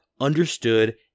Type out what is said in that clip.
understood